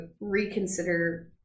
reconsider